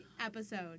episode